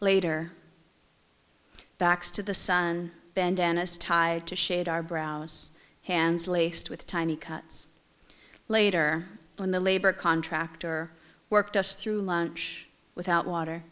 later backs to the sun bandanas tied to shade our braless hands laced with tiny cuts later on the labor contractor worked us through lunch without water